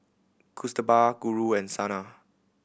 Kasturba Guru and Saina